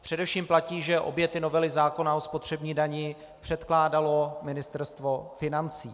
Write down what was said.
Především platí, že obě novely zákona o spotřební dani předkládalo Ministerstvo financí.